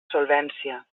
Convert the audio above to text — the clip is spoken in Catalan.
solvència